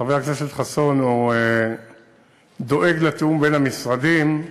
חבר הכנסת חסון דואג לתיאום בין המשרדים.